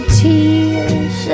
tears